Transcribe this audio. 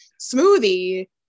smoothie